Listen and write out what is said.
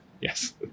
Yes